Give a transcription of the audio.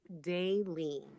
daily